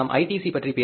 C பற்றி பேசும்போது